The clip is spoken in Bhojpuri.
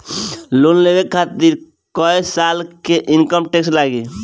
लोन लेवे खातिर कै साल के इनकम टैक्स लागी?